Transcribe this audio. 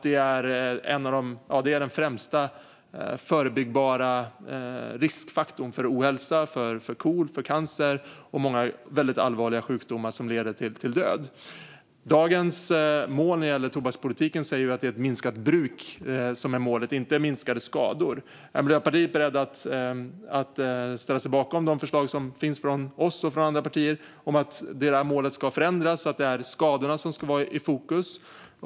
Det är den främsta förebyggbara riskfaktorn för ohälsa - för KOL, cancer och många allvarliga sjukdomar som leder till döden. Dagens tobakspolitik innebär att målet är ett minskat bruk, inte minskade skador. Är man i Miljöpartiet beredd att ställa sig bakom förslagen från oss och andra partier om att detta mål ska förändras så att det är skadorna som är i fokus?